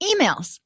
Emails